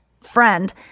friend